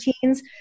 teens